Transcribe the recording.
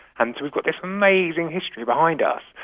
and so we've got this amazing history behind us,